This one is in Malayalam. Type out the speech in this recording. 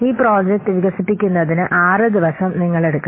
ഈ പ്രോജക്റ്റ് വികസിപ്പിക്കുന്നതിന് 6 ദിവസം നിങ്ങൾ എടുക്കണം